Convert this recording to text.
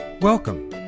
Welcome